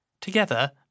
Together